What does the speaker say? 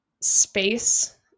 space